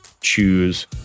choose